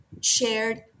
shared